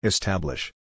Establish